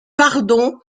pardon